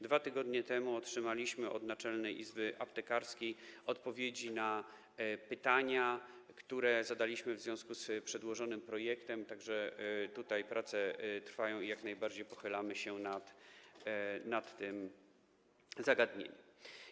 2 tygodnie temu otrzymaliśmy od Naczelnej Izby Aptekarskiej odpowiedzi na pytania, które zadaliśmy w związku z przedłożonym projektem, tak że tutaj prace trwają i jak najbardziej pochylamy się nad tym zagadnieniem.